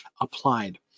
applied